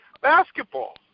basketball